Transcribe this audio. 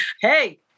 Hey